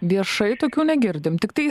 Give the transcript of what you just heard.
viešai tokių negirdim tiktai